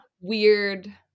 weird